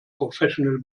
professional